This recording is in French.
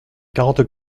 quarante